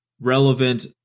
relevant